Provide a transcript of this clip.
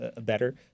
better